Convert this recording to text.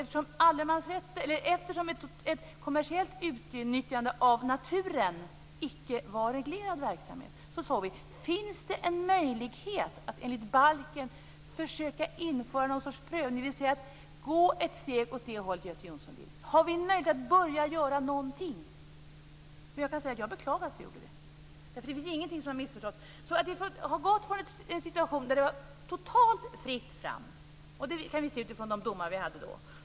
Eftersom kommersiellt utnyttjande av naturen icke var reglerad verksamhet undrade vi om det fanns en möjlighet att försöka införa någon sorts prövning enligt balken, dvs. gå ett steg åt det håll som Göte Jonsson vill. Har vi möjlighet att börja göra någonting? Jag kan säga att jag beklagar att vi gjorde det. Det finns ingenting som har missförståtts så mycket. Vi har gått från en situation där det var totalt fritt fram. Det kan vi se utifrån de domar vi hade då.